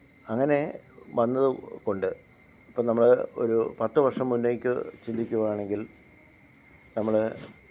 അങ്ങനെ വന്നത് കൊണ്ട് ഇപ്പം നമ്മൾ ഒരു പത്ത് വര്ഷം മുന്നേയ്ക്ക് ചിന്തിക്കുകയാണെങ്കില് നമ്മൾ